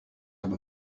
have